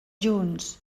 junts